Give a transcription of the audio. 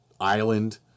island